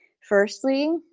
Firstly